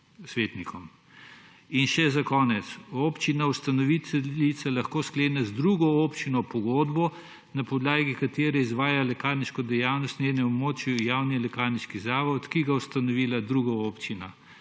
In še za konec. Občina ustanoviteljica lahko sklene z drugo občino pogodbo, na podlagi katere izvaja lekarniško dejavnost na njenem območju javni lekarniški zavod, ki ga je ustanovila druga občina.